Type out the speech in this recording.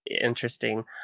interesting